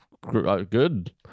good